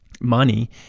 money